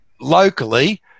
locally